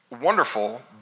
wonderful